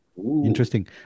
interesting